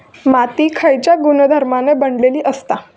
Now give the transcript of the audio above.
माती खयच्या गुणधर्मान बनलेली असता?